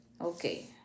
Okay